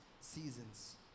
seasons